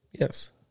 Yes